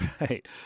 right